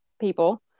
people